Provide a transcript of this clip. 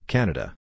Canada